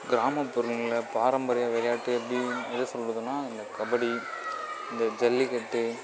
கிராமம்புறங்களில் பாரம்பரிய விளையாட்டு எப்படி எதை சொல்லுதுன்னால் இந்த கபடி இந்த ஜல்லிக்கட்டு